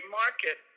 market